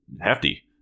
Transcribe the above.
hefty